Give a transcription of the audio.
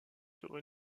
sera